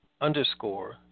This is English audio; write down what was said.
underscore